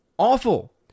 Awful